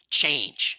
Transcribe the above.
change